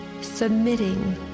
submitting